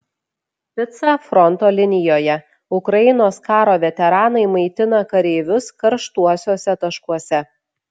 pica fronto linijoje ukrainos karo veteranai maitina kareivius karštuosiuose taškuose